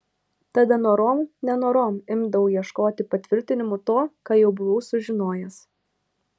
tada norom nenorom imdavau ieškoti patvirtinimų to ką jau buvau sužinojęs